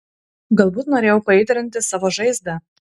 galbūt norėjau paaitrinti savo žaizdą